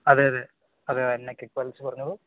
അതെ അതെ അതെ അന്ന കേക്ക് വേൾഡ്സ് പറഞ്ഞോളൂ